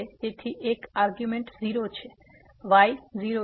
તેથી એક આર્ગ્યુંમેન્ટ 0 છે y 0 છે